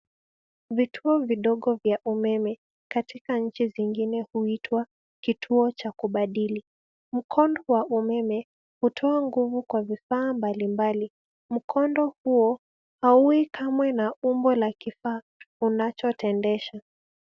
Vituo vidogo vya umeme, katika nchi zingine huitwa kituo cha kubadili. Mkondo wa umeme hutoa nguvu kwa vifaa mbalimbali. Mkondo huo, hauwi kamwe na umbo la kifaa unachotendesha.